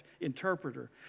interpreter